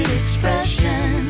expression